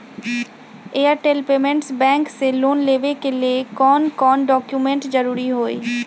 Airtel payments bank से loan लेवे के ले कौन कौन डॉक्यूमेंट जरुरी होइ?